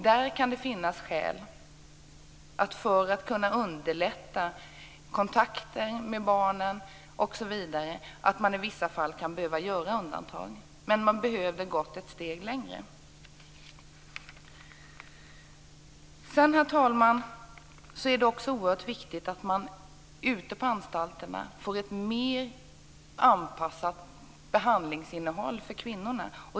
Där kan det finnas skäl att i vissa fall göra undantag för att underlätta kontakten med barnen osv. Men man hade behövt gå ett steg längre. Sedan, herr talman, är det också oerhört viktigt att man ute på anstalterna får ett mer anpassat behandlingsinnehåll för kvinnorna.